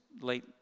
late